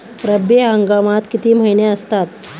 रब्बी हंगामात किती महिने असतात?